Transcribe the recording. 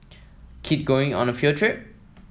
kid going on a field trip